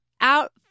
out